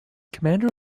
commander